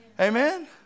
Amen